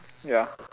ya